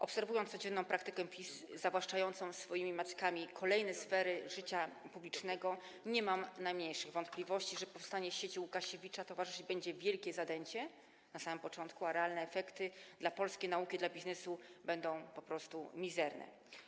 Obserwując codzienną praktykę PiS zawłaszczającą swoimi mackami kolejne sfery życia publicznego, nie mam najmniejszych wątpliwości, że powstaniu sieci Łukasiewicza towarzyszyć będzie wielkie zadęcie na samym początku, a realne efekty dla polskiej nauki i dla biznesu będą po prostu mizerne.